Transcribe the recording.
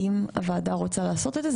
אם הוועדה רוצה לעשות את זה,